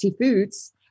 foods